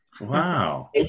Wow